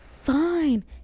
Fine